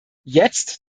jetzt